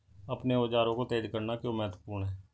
अपने औजारों को तेज करना क्यों महत्वपूर्ण है?